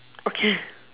okay